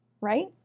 right